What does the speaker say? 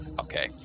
Okay